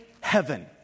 heaven